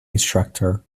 instructor